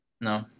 no